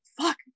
Fuck